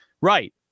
Right